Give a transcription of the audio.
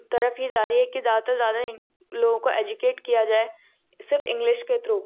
तरफ ही जा रही है की ज़्यादातर ज़्यादा लोग को एजुकेट किया जाए सिर्फ इंग्लिश के थ्रू